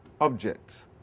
objects